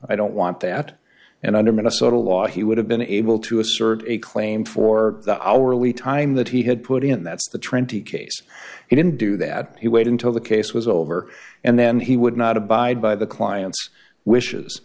i don't want that and under minnesota law he would have been able to assert a claim for the hourly time that he had put in that's the trente case he didn't do that he waited until the case was over and then he would not abide by the client's wishes